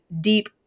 deep